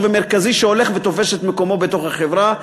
ומרכזי שהולך ותופס את מקומו בחברה,